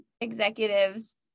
executives